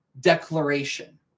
declaration